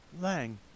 Lang